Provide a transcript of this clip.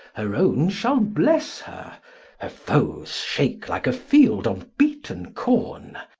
her owne shall blesse her her foes shake like a field of beaten corne,